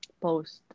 post